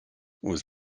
was